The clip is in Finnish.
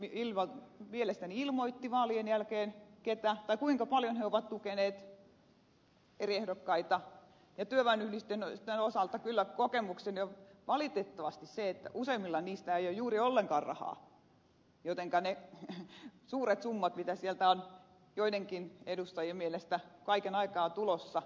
ay liike mielestäni ilmoitti vaalien jälkeen kuinka paljon se on tukenut eri ehdokkaita ja työväenyhdistysten osalta kyllä kokemukseni on valitettavasti se että useimmilla niistä ei ole juuri ollenkaan rahaa jotenka toivoisinpa näkeväni ne suuret summat joita sieltä on joidenkin edustajien mielestä kaiken aikaa tulossa